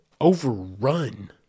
overrun